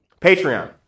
Patreon